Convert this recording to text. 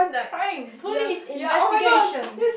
crime police investigation